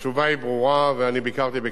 ואני ביקרתי בכפר-כנא בעצמי,